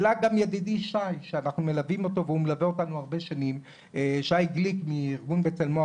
העלה גם ידידי שי גליק, מנכ"ל ארגון בצלמו,